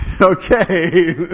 Okay